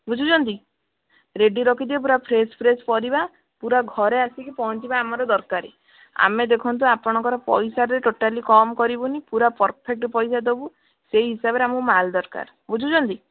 ବୁଝୁଛନ୍ତି ରେଡ଼ି ରଖିଥିବେ ପୁରା ଫ୍ରେଶ୍ ଫ୍ରେଶ୍ ପରିବା ପୁରା ଘରେ ଆସିକି ପହଞ୍ଚିବା ଆମର ଦରକାର ଆମେ ଦେଖନ୍ତୁ ଆପଣଙ୍କ ପଇସାରେ ଟୋଟାଲି୍ କମ୍ କରିବୁନି ପୁରା ପରଫେକ୍ଟ ପଇସା ଦେବୁ ସେଇ ହିସାବରେ ଆମକୁ ମାଲ୍ ଦରକାର ବୁଝୁଛନ୍ତି